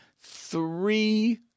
three